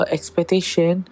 Expectation